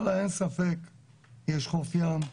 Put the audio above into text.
אז אין ספק שיש חוף ים,